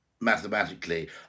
mathematically